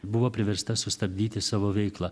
buvo priversta sustabdyti savo veiklą